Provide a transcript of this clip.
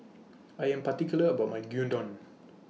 I Am particular about My Gyudon